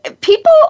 people